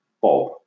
Bob